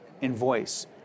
invoice